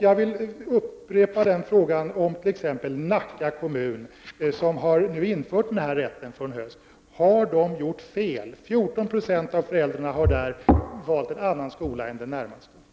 Jag vill upprepa frågan huruvida Nacka kommun, som fr.o.m. i höst har infört denna rätt, har gjort fel. 14 70 av föräldrarna har där valt en annan skola än den närmaste för sina barn.